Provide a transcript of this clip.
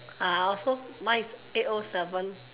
uh I also mine is A O seven